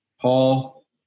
Paul